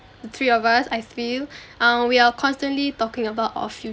the three of us I feel um we are constantly talking about our future